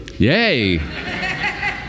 Yay